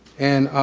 and